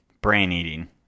Brain-eating